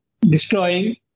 destroying